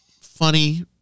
funny